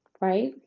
right